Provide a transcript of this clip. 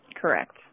Correct